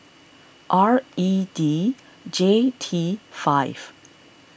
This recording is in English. R E D J T five